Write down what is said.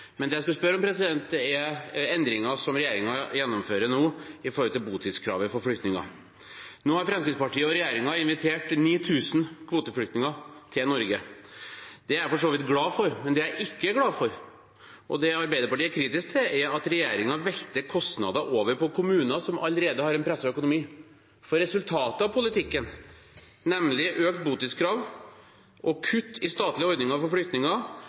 Men det jeg skulle spørre om, gjelder endringene regjeringen nå gjennomfører når det gjelder botidskravet for flyktninger. Nå har Fremskrittspartiet og regjeringen invitert 9 000 kvoteflyktninger til Norge. Det er jeg for så vidt glad for, men det jeg ikke er glad for, og det Arbeiderpartiet er kritisk til, er at regjeringen velter kostnader over på kommuner som allerede har en presset økonomi. For resultatet av politikken, nemlig økt botidskrav og kutt i statlige ordninger for flyktninger,